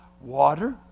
water